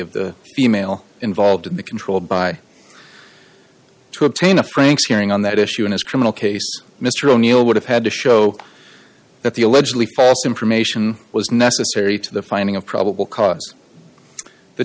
of the female involved in the controlled by to obtain a frank's hearing on that issue in his criminal case mr o'neill would have had to show that the allegedly false information was necessary to the finding of probable cause the